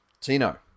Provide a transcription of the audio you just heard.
Tino